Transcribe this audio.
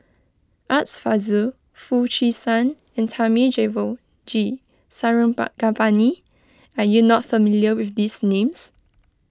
Art Fazil Foo Chee San and Thamizhavel G are you not familiar with these names